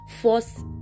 force